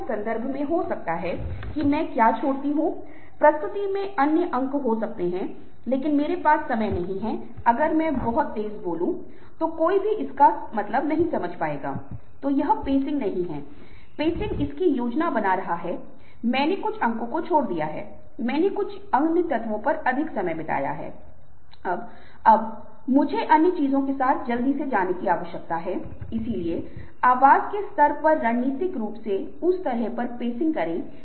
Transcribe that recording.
संदर्भ कुछ ऐसा है जिसे मैं इन ४ पंक्तियों को दिखाते हुए संक्षेप में बताऊंगा कि social media gods must be क्रेज़ीमध्यकालीन यूरोपग्लास बनाना और पानी होगा जब आप इन ४ पंक्तियों को देखते हैं तो उन्हें कोई मतलब नहीं होता जब तक आप इस बोतल को सिर्फ रूपांतरित या परिवर्तित नहीं करेंगे